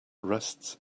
rests